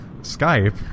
skype